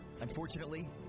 Unfortunately